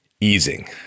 easing